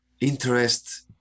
interest